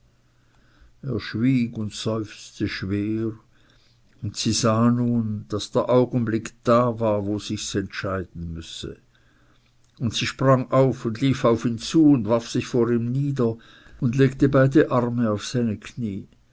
er schwieg und seufzte schwer und sie sah nun daß der augenblick da war wo sich's entscheiden müsse und sie sprang auf und lief auf ihn zu und warf sich vor ihm nieder und legte beide arme auf seine knie